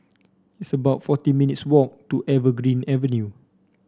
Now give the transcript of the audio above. it's about forty minutes' walk to Evergreen Avenue